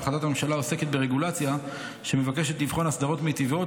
והחלטת הממשלה העוסקות ברגולציה שמבקשת לבחון אסדרות מיטיבות,